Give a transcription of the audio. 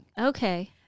Okay